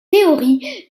théorie